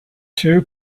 two